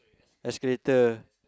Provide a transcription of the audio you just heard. escalator